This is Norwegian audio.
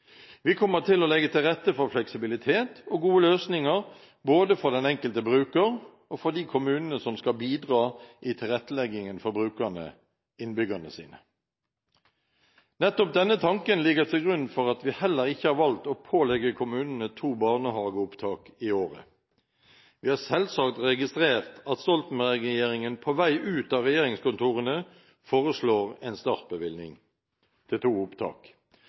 Vi kommer til å legge til rette for fleksibilitet og gode løsninger både for den enkelte bruker og for de kommunene som skal bidra i tilretteleggingen for brukerne, innbyggerne sine. Nettopp denne tanken ligger til grunn for at vi heller ikke har valgt å pålegge kommunene to barnehageopptak i året. Vi har selvsagt registrert at Stoltenberg-regjeringen på vei ut av regjeringskontorene foreslo en startbevilgning til to opptak.